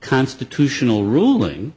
constitutional ruling